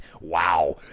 wow